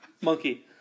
Monkey